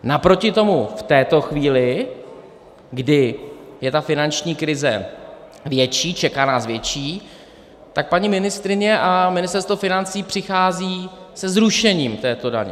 Naproti tomu v této chvíli, kdy je ta finanční krize větší, čeká nás větší, tak paní ministryně a Ministerstvo financí přichází se zrušením této daně.